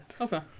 okay